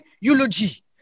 eulogy